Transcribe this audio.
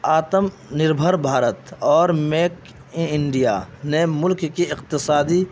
آتم نربھر بھارت اور make in India نے ملک کی اقتصادی